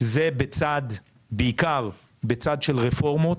זה בעיקר בצד של רפורמות.